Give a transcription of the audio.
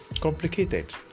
complicated